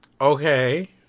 Okay